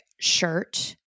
shirt